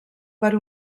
per